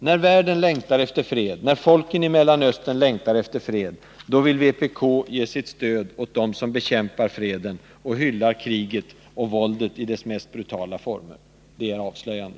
När världen längtar efter fred, när folken i Mellanöstern längtar efter fred, då vill vpk ge svenskt ekonomiskt stöd åt dem som bekämpar freden och som hyllar kriget och våldet i dess mest brutala former. Det är avslöjande.